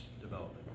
development